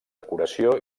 decoració